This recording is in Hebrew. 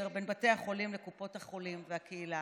בין בתי החולים לקופות החולים והקהילה.